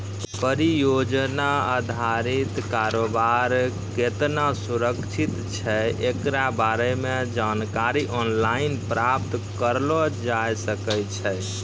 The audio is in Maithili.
परियोजना अधारित कारोबार केतना सुरक्षित छै एकरा बारे मे जानकारी आनलाइन प्राप्त करलो जाय सकै छै